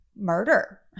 murder